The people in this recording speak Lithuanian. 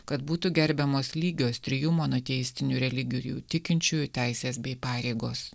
kad būtų gerbiamos lygios trijų monoteistinių religijų ir jų tikinčiųjų teisės bei pareigos